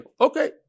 Okay